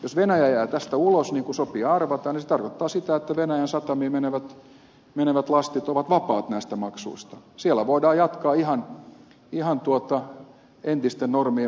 jos venäjä jää tästä ulos niin kuin sopii arvata niin se tarkoittaa sitä että venäjän satamiin menevät lastit ovat vapaat näistä maksuista siellä voidaan jatkaa ihan entisten normien mukaisesti